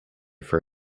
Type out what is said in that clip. for